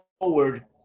forward